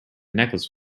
necklace